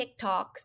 TikToks